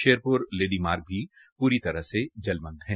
शेरपुर लेदी मार्ग पूरी तरह से जलमगन है